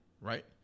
right